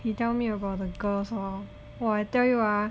he tell me about the girls hor !wah! I tell you